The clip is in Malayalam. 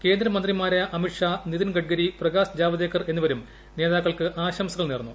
കേന്ദ്രമന്ത്രിമാരായ അമിത് ഷാ നിതിൻ ഗഡ്കരി പ്രകാശ് ജാവദേക്കർ എന്നിവരും നേതാക്കൾക്ക് ആശംസകൾ നേർന്നു